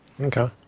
okay